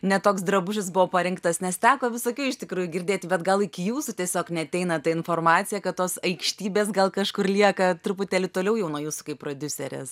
ne toks drabužis buvo parinktas nes teko visokių iš tikrųjų girdėti bet gal iki jūsų tiesiog neateina ta informacija kad tos aikštybės gal kažkur lieka truputėlį toliau jau nuo jūsų kaip prodiuserės